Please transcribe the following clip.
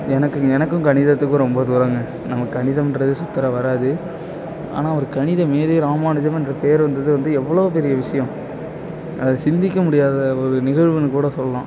எனக்கு எனக்கும் கணிதத்துக்கும் ரொம்ப தூரம்ங்க நமக்கு கணிதம்ன்றதே சுத்தர வராது ஆனால் அவர் கணித மேதை ராமானுஜம் என்று பேர் வந்தது வந்து எவ்வளோ பெரிய விஷயம் அதை சிந்திக்க முடியாத நிகழ்வுனு கூட சொல்லலாம்